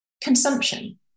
consumption